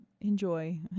enjoy